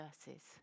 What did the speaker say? verses